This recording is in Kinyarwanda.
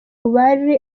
bari